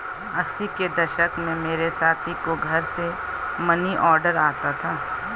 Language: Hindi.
अस्सी के दशक में मेरे साथी को घर से मनीऑर्डर आता था